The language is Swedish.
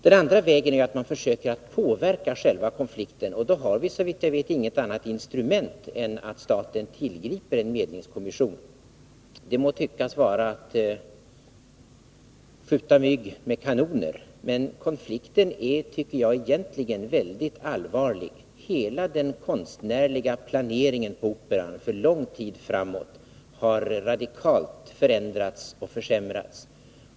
Den andra vägen är att man försöker att påverka själva konflikten. Då har vi såvitt jag vet inget annat instrument att tillgripa än att staten tillsätter en medlingskommission. Det må tyckas vara att skjuta mygg med kanoner, men konflikten är, tycker jag, egentligen mycket allvarlig: hela den konstnärliga planeringen på Operan för lång tid framåt har radikalt förändrats och försämrats.